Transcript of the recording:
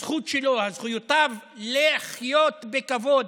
זכויותיו לחיות בכבוד,